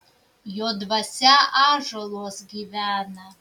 jo dvasia ąžuoluos gyvena